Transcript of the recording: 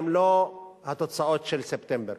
הם לא התוצאות של ספטמבר.